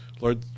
Lord